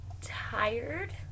tired